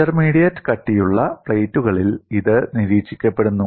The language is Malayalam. ഇന്റർമീഡിയറ്റ് കട്ടിയുള്ള പ്ലേറ്റുകളിൽ ഇത് നിരീക്ഷിക്കപ്പെടുന്നു